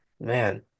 man